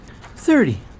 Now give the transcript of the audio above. Thirty